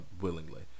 willingly